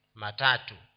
matatu